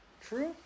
True